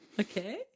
Okay